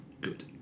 good